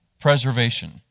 preservation